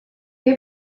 que